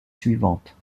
suivantes